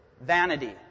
vanity